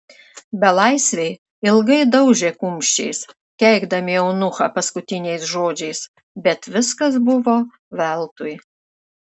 belaisviai ilgai daužė kumščiais keikdami eunuchą paskutiniais žodžiais bet viskas buvo veltui